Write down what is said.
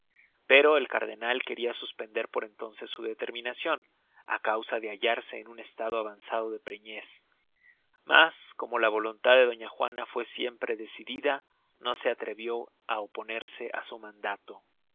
pero el cardenal queria suspender por entonces su determinacion á causa de hallarse en un estado avanzado de preñez mas como la voluntad de doña juana fue siempre decidida no se atrevio á oponerse á su mandato